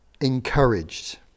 encouraged